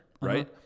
right